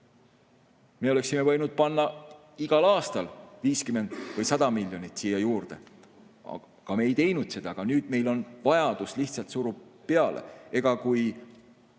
Me oleksime võinud panna igal aastal 50 või 100 miljonit siia juurde. Me ei teinud seda. Aga nüüd meil on vajadus, lihtsalt surub peale. Kui